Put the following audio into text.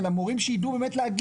אלא מורים שידעו באמת להגיע,